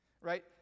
right